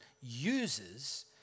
uses